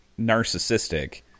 narcissistic